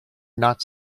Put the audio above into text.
not